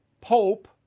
Pope